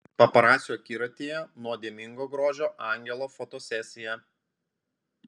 paparacių akiratyje nuodėmingo grožio angelo fotosesija